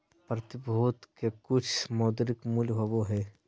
प्रतिभूति के कुछ मौद्रिक मूल्य होबो हइ